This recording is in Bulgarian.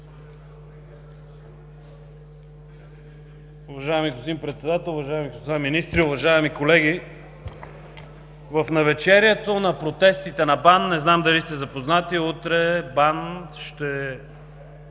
Уважаеми господин Председател, уважаеми господа министри, уважаеми колеги! В навечерието на протестите на БАН, не знам дали сте запознати, утре БАН ще